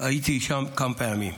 הייתי שם כמה פעמים.